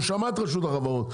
הוא שמע את רשות החברות,